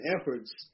efforts